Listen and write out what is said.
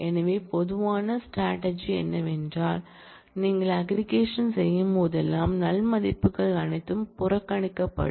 எனவே பொதுவான ஸ்ட்ராட்டஜி என்னவென்றால் நீங்கள் அக்ரிகேஷன் செய்யும்போதெல்லாம் நல் மதிப்புகள் அனைத்தும் புறக்கணிக்கப்படும்